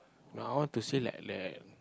no I want to see like the